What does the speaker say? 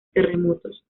terremotos